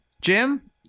jim